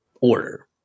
order